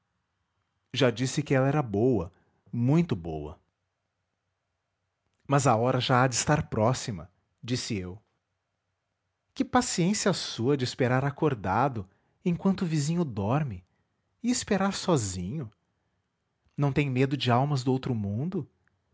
já disse que ela era boa muito boa mas a hora já há de estar próxima disse eu que paciência a sua de esperar acordado enquanto o vizinho dorme e esperar sozinho não tem medo de almas do outro mundo